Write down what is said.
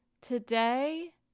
today